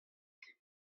ket